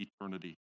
eternity